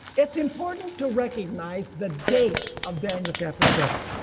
it's important to recognize the date of daniel chapter seven.